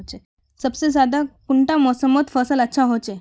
सबसे ज्यादा कुंडा मोसमोत फसल अच्छा होचे?